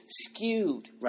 skewed